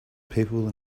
people